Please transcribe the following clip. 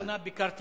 לאחרונה ביקרתי